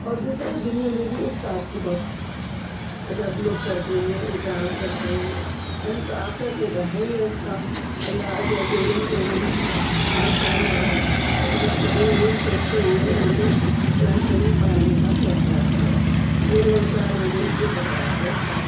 اور دوسرے دنیا میں بھی استاد کی بہت ادب لوگ کرتے ہیں احترام کرتے ہیں آخرت میں تو ہے ہی اس کا اللہ اجر دے گا ہی دے گا مجھ کو انشا اللہ تعالیٰ تو بس میں نے یہ سوچتے ہوئے میں نے قرآن شریف پڑھانے کا فیصلہ کیا یہ روزگار میں نے یہ پکڑا روزگار